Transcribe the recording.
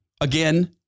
again